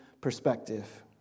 perspective